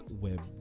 web